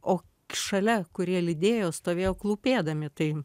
o šalia kurie lydėjo stovėjo klūpėdami tai